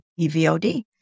EVOD